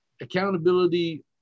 accountability